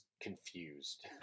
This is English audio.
confused